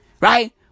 Right